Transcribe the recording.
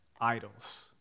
idols